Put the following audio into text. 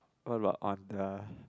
what about on the